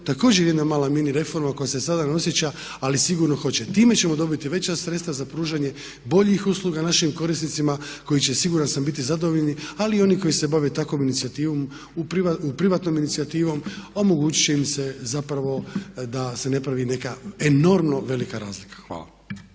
također jedna mala mini reforma koja se sada ne osjeća ali sigurno hoće. Time ćemo dobiti veća sredstva za pružanje boljih usluga našim korisnicima koji će siguran sam biti zadovoljni, ali i oni koji se bave takvom inicijativom, privatnom inicijativom omogućit će im se zapravo da se ne pravi neka enormno velika razlika. Hvala.